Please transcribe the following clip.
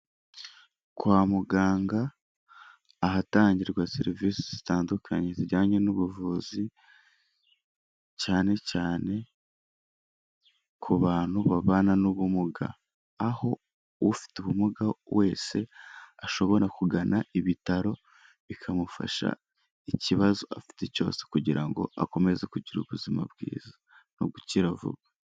Kwa muganga ahatangirwa serivisi zitandukanye zijyanye n'ubuvuzi, cyane cyane ku bantu babana n'ubumuga, aho ufite ubumuga wese ashobora kugana ibitaro bikamufasha ikibazo afite cyose kugira ngo akomeze kugira ubuzima bwiza no gukira vuba.